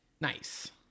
Nice